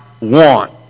want